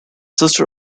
sister